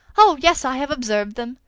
oh yes, i have observed them.